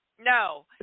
No